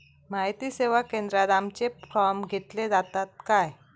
माहिती सेवा केंद्रात आमचे फॉर्म घेतले जातात काय?